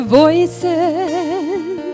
voices